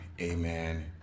amen